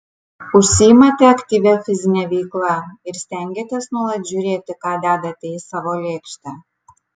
užsiimate aktyvia fizine veikla ir stengiatės nuolat žiūrėti ką dedate į savo lėkštę